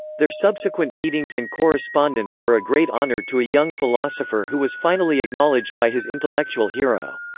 their subsequent meetings and correspondence were a great honor to a young philosopher who was finally acknowledged by his intellectual hero.